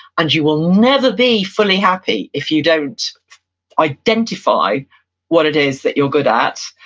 and you will never be fully happy if you don't identify what it is that you're good at,